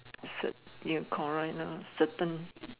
insert here correct lah certain